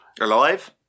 alive